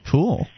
Cool